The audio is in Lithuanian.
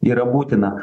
yra būtina